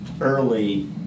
early